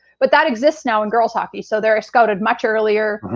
but that exists now in girl's hockey so they're ah scouted much earlier.